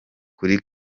kuri